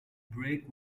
break